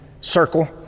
circle